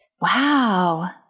Wow